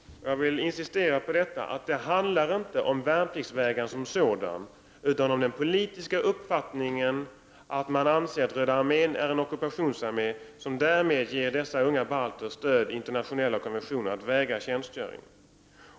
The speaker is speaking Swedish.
Jag insisterar på att detta inte handlar om värnpliktsvägran som sådan, utan om den politiska uppfattningen bland dessa unga balter att Röda armen är en ockupationsarmé och att de därmed har stöd i internationella konventioner för att vägra tjänstgöring.